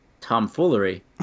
tomfoolery